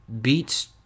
beats